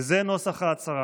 וזה נוסח ההצהרה: